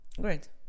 Great